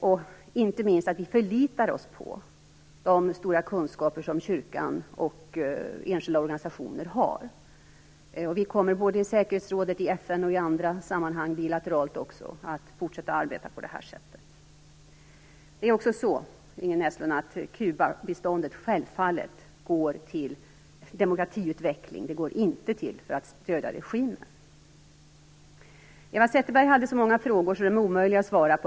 Inte minst är det viktigt att vi förlitar oss på de stora kunskaper som kyrkan och enskilda organisationer har. Vi kommer i både säkerhetsrådet, FN och andra sammanhang, liksom även bilateralt, att fortsätta att arbeta på det här sättet. Det är också så, Inger Näslund, att biståndet till Kuba självfallet går till demokratiutveckling, inte till stöd för regimen. Eva Zetterberg hade så många frågor att det är omöjlig att svara på dem.